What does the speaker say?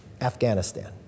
Afghanistan